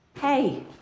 Hey